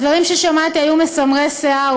הדברים ששמעתי היו מסמרי שיער,